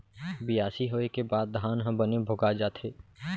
बियासी होय के बाद धान ह बने भोगा जाथे